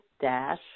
dash